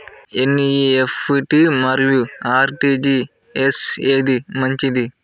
NEFT మరియు RTGS ఏది మంచిది?